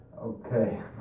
Okay